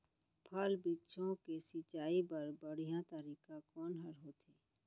फल, वृक्षों के सिंचाई बर बढ़िया तरीका कोन ह होथे?